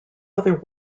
other